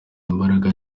imbaraga